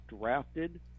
drafted